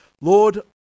Lord